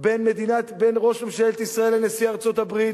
בין ראש ממשלת ישראל לנשיא ארצות-הברית